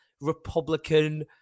Republican